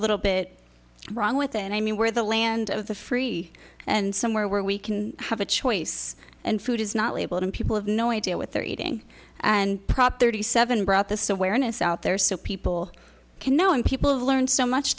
little bit wrong with it and i mean where the land of the free and somewhere where we can have a choice and food is not labeled and people have no idea what they're eating and prop thirty seven brought this awareness out there so people can know and people have learned so much